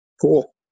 Cool